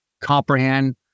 comprehend